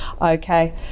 Okay